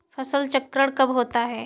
फसल चक्रण कब होता है?